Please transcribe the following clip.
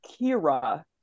kira